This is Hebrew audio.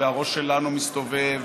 והראש שלנו מסתובב,